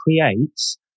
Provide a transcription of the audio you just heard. creates